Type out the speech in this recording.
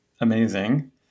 amazing